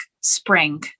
spring